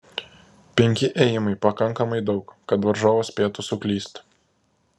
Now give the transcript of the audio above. penki ėjimai pakankamai daug kad varžovas spėtų suklysti